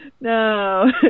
No